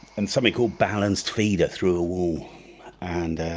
and something called balanced feeder it through a wall and